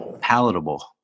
palatable